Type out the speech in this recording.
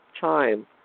time